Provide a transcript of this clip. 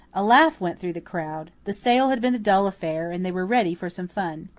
a laugh went through the crowd. the sale had been a dull affair, and they were ready for some fun.